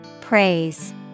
Praise